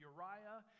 Uriah